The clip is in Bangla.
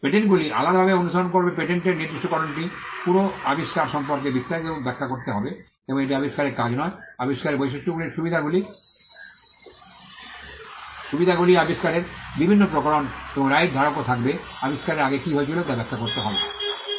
পেটেন্টগুলি আলাদাভাবে অনুসরণ করবে পেটেন্টের নির্দিষ্টকরণটি পুরো আবিষ্কার সম্পর্কে বিস্তারিতভাবে ব্যাখ্যা করতে হবে এবং এটি আবিষ্কারের কাজ নয় যা আবিষ্কারের বৈশিষ্ট্যগুলির সুবিধাগুলি আবিষ্কারের বিভিন্ন প্রকরণ এবং রাইট ধারকও থাকবে আবিষ্কারের আগে কী হয়েছিল তা ব্যাখ্যা করতে হবে